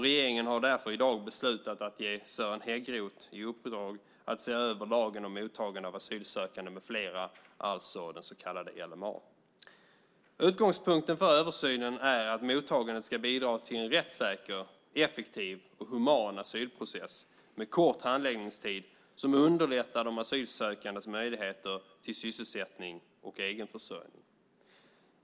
Regeringen har därför i dag beslutat att ge Sören Häggroth i uppdrag att se över lagen om mottagande av asylsökande med flera, alltså den som kallas LMA. Utgångspunkten för översynen är att mottagandet ska bidra till en rättssäker, effektiv och human asylprocess med kort handläggningstid som underlättar de asylsökandes möjligheter till sysselsättning och egenförsörjning.